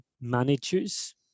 managers